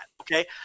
Okay